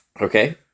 Okay